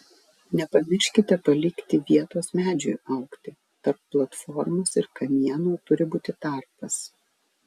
nepamirškite palikti vietos medžiui augti tarp platformos ir kamieno turi būti tarpas